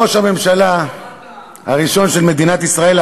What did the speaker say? ראש הממשלה הראשון של מדינת ישראל,